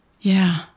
Yeah